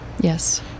Yes